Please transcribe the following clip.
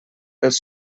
els